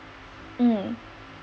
mm